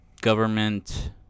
government